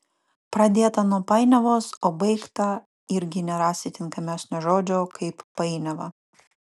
pradėta nuo painiavos o baigta irgi nerasi tinkamesnio žodžio kaip painiava